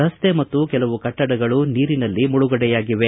ರಸ್ತೆ ಮತ್ತು ಕೆಲವು ಕಟ್ಟಡಗಳು ನೀರಿನಲ್ಲಿ ಮುಳುಗಡೆಯಾಗಿವೆ